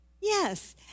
yes